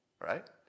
right